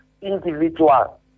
individual